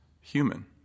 human